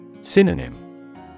Synonym